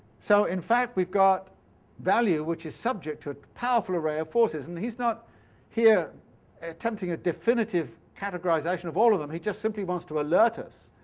so, in fact, we've got value which is subject to a powerful array of forces, and he's not here attempting a definitive categorization of all of them, he just simply wants to alert us,